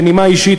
בנימה אישית,